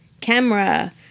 camera